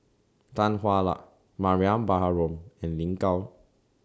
Tan Hwa Luck Mariam Baharom and Lin Gao